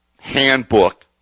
handbook